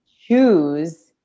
choose